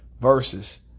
verses